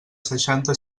seixanta